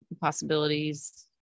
possibilities